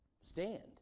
stand